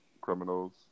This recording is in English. criminals